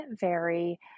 vary